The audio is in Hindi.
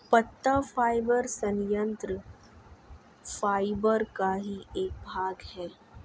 पत्ता फाइबर संयंत्र फाइबर का ही एक भाग है